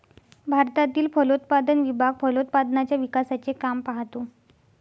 भारतातील फलोत्पादन विभाग फलोत्पादनाच्या विकासाचे काम पाहतो